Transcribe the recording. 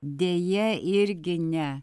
deja irgi ne